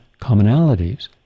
commonalities